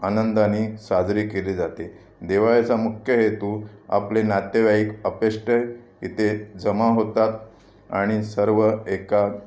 आनंदानी साजरी केली जाते दिवाळीचा मुख्य हेतू आपले नातेवाईक आप्तेष्ट इथे जमा होतात आणि सर्व एका